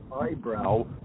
eyebrow